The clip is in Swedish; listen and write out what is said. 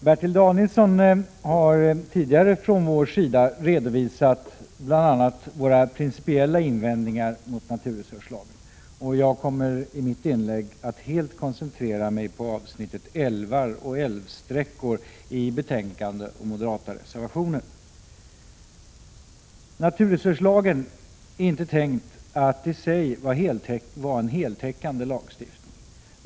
Herr talman! Från moderat sida har Bertil Danielsson tidigare redovisat bl.a. moderaternas principiella invändningar mot naturresurslagen. Jag kommer i mitt inlägg att helt koncentrera mig på de avsnitt i betänkandet och i de moderata reservationerna som gäller älvar och älvsträckor. Naturresurslagen är inte tänkt att i sig vara en heltäckande lagstiftning.